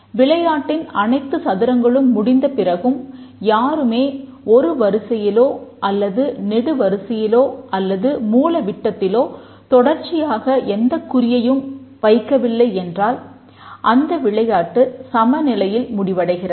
விளையாட்டின் அனைத்து சதுரங்களும் முடிந்த பிறகும் யாருமே ஒரு வரிசையிலோ அல்லது நெடுவரிசையிலோ அல்லது மூலவிட்டத்திலோ தொடர்ச்சியாக எந்தக் குறியையும் வைக்கவில்லை என்றால் அந்த விளையாட்டு சமநிலையில் முடிவடைகிறது